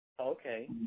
Okay